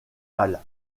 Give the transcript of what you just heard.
hale